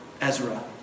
Ezra